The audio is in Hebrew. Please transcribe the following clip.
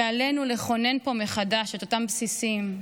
ועלינו לכונן פה מחדש את אותם בסיסים,